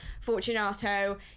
Fortunato